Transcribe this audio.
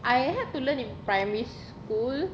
I had to learn in primary school